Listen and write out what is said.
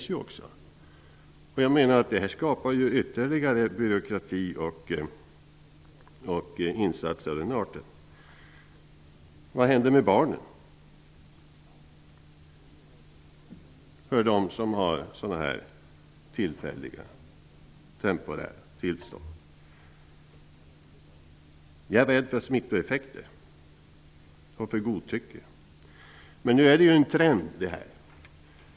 Jag menar att situationen skapar ökad byråkrati. Vad händer med barn till föräldrar med temporära tillstånd? Jag är rädd att det blir smittoeffekter och godtycke. Men detta är fråga om en trend.